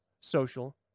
social